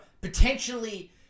potentially